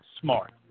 Smart